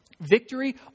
Victory